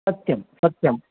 सत्यं सत्यं